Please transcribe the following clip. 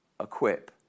equip